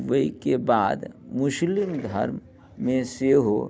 ओइके बाद मुस्लिम धर्ममे सेहो